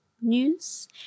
news